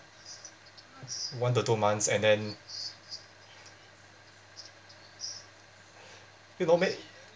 one to two months and then you know make